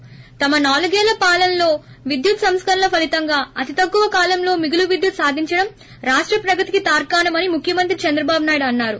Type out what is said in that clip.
ి తమ నాలుగు ఏళ్ల పాలనలో విద్యుత్ సంస్కరణల ఫలితంగా అతి తక్కువ కాలంలో మిగులు విద్యుత్ సాధించడం రాష్ట ప్రగతికి తార్కాణమని ముఖ్యమంత్రి చంద్రబాబు నాయుడు అన్నారు